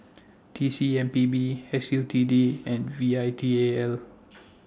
T C M P B S U T D and V I T A L